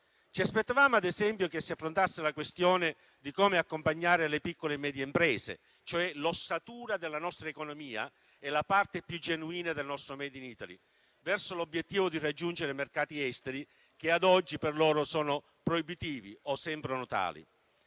Ci aspettavamo ad esempio che si affrontasse la questione di come accompagnare le piccole e medie imprese, cioè l'ossatura della nostra economia, la parte più genuina del nostro *made in Italy*, verso l'obiettivo di raggiungere mercati esteri che, ad oggi, per loro sono proibitivi o sembrano tali.